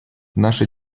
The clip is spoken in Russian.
наша